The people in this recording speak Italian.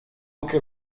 anche